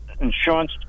insurance